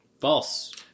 False